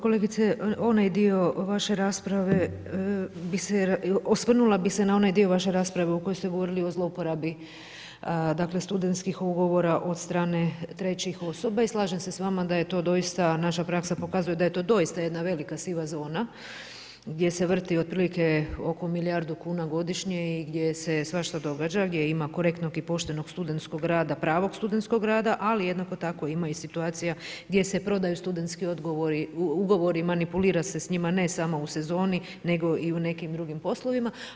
Kolegice, onaj dio vaše rasprave bih se osvrnula, osvrnula bih se na onaj dio vaše rasprave u kojoj ste govorili o zlouporabi studentskih ugovora od strane trećih osoba i slažem se s vama da je to doista, naša praksa pokazuje da je to doista jedna velika siva zona gdje se vrti otprilike oko milijardu kuna godišnje i gdje se svašta događa, gdje ima korektnog i poštenog studentskog rada, pravog studentskog rada, ali jednako tako ima i situacija gdje se prodaju studentski ugovori i manipulira se s njima, ne samo u sezoni, nego i u nekim drugim poslovima.